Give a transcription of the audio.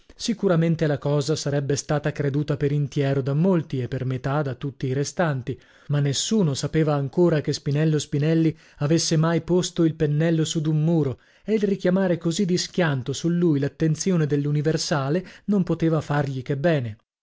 sicuramente la cosa sarebbe stata creduta per intiero da molti e per metà da tutti i restanti ma nessuno sapeva ancora che spinello spinelli avesse mai posto il pennello su d'un muro e il richiamare così di schianto su lui l'attenzione dell'universale non poteva fargli che bene